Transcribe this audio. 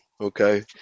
okay